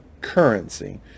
currency